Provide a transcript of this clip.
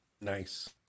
Nice